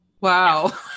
wow